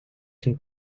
can